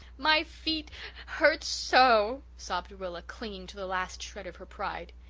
my feet hurt so sobbed rilla clinging to the last shred of her pride.